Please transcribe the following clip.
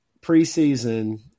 Preseason